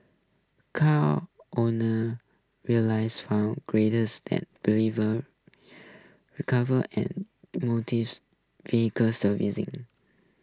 car owners realize found greaters and believers recorver and motice vehicle servicing